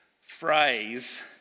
phrase